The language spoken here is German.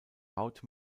haut